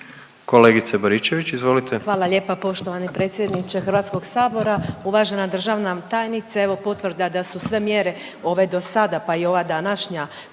izvolite. **Baričević, Danica (HDZ)** Hvala lijepa poštovani predsjedniče HS-a, uvažena državni tajnice. Evo, potvrda da su sve mjere ove do sada pa i ova današnja